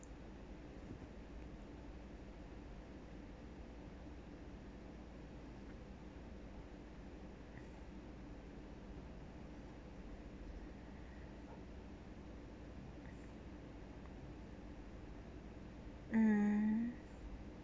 mm